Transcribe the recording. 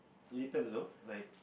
is that so like